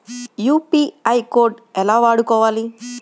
UPI code ఎలా వాడుకోవాలి?